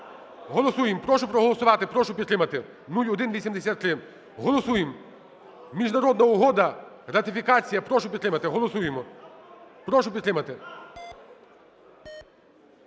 Голосуємо. Прошу проголосувати, прошу підтримати 0183. Голосуємо. Міжнародна угода, ратифікація, прошу підтримати, голосуємо. Прошу підтримати.